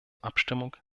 abstimmung